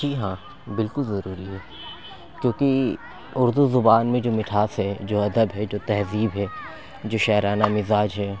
جی ہاں بالکل ضروری ہے کیوں کہ اُردو زبان میں جو مٹھاس ہے جو ادب ہے جو تہذیب ہے جو شاعرانہ مزاج ہے